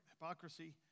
hypocrisy